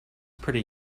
pretty